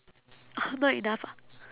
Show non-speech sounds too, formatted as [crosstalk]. [noise] not enough ah